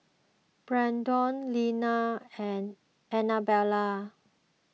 Brennon Lina and Anabella